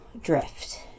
drift